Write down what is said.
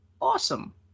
Awesome